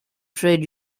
trade